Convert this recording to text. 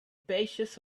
pages